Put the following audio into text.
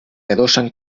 adossen